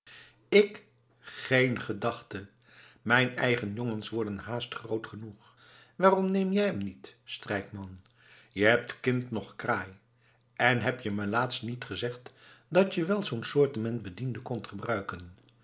ik geen gedachte mijn eigen jongens worden haast groot genoeg waarom neem jij hem niet strijkman je hebt kind noch kraai en heb je me laatst niet gezegd dat je wel zoo'n soortement bediende kondt gebruiken